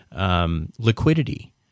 Liquidity